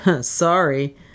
Sorry